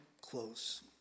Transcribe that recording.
close